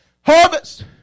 Harvest